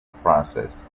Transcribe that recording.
process